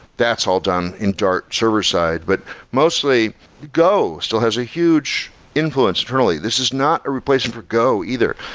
that's all done in dart server-side, but mostly go still has a huge influence internally. this is not a replacement for go either.